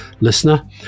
listener